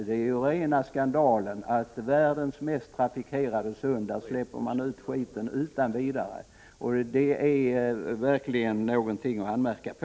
Det är ju rena skandalen att man i världens mest trafikerade sund inte har några som helst krav på rening av avfallet från fartyg. Det är verkligen någonting att anmärka på.